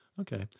okay